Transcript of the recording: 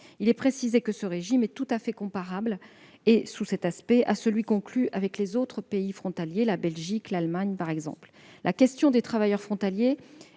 Il est précisé que ce régime est tout à fait comparable, sous cet aspect, à celui qui a été conclu avec les autres pays frontaliers, la Belgique et l'Allemagne par exemple. La question des travailleurs frontaliers,